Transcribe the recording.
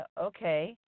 okay